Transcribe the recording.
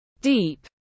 deep